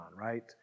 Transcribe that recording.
right